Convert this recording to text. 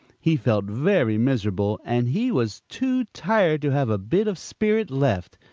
he felt very miserable, and he was too tired to have a bit of spirit left.